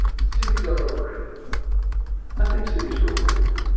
cities are overrated i think cities are overrated.